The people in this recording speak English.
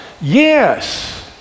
Yes